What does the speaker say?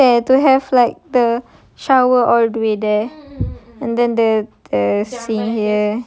it'll be nice eh to have like the shower all the way there and then the the sink there